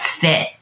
fit